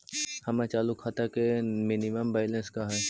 हमर चालू खाता के मिनिमम बैलेंस का हई?